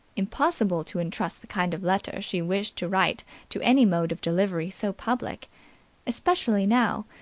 impossible to entrust the kind of letter she wished to write to any mode of delivery so public especially now,